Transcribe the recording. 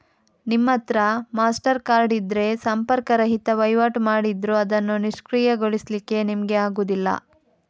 ನಿಮ್ಮತ್ರ Mastercard ಇದ್ರೆ ಸಂಪರ್ಕ ರಹಿತ ವೈವಾಟು ಮಾಡಿದ್ರೂ ಅದನ್ನು ನಿಷ್ಕ್ರಿಯಗೊಳಿಸ್ಲಿಕ್ಕೆ ನಿಮ್ಗೆ ಆಗುದಿಲ್ಲ